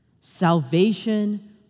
salvation